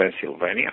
Pennsylvania